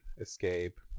Escape